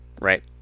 Right